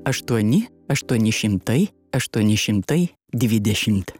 aštuoni aštuoni šimtai aštuoni šimtai dvidešimt